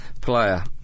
player